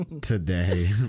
today